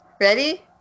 ready